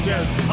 Death